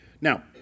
Now